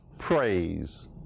praise